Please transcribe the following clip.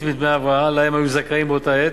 מדמי ההבראה שהם היו זכאים להם באותה עת.